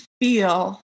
feel